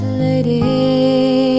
lady